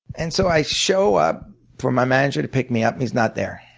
and so i show up for my manager to pick me up and he's not there.